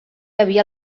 havia